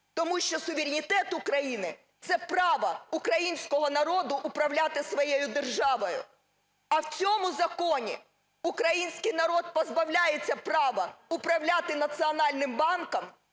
тому що суверенітет України – це право українського народу управляти своєю державою, а в цьому законі український народ позбавляється права управляти Національним банком